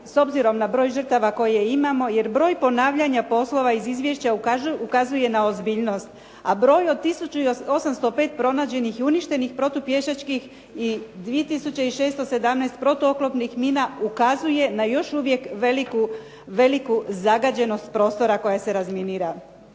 s obzirom na broj žrtava koje imamo, jer broj ponavljanja poslova iz izvješća ukazuje na ozbiljnost, a broj o tisuću 805 pronađenih i uništenih protupješačkih i 2 tisuće 617 protuoklopnih mina ukazuje na još uvijek veliku zagađenost prostora koja se razminira.